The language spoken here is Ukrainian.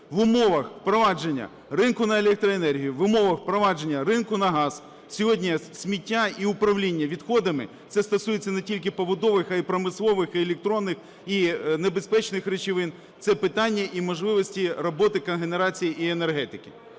В умовах впровадження ринку на електроенергію, в умовах впровадження ринку на газ сьогодні сміття і управління відходами - це стосується не тільки побутових, а й промислових, і електронних, і небезпечних речовин, - це питання і можливості роботи екогенерації і енергетики.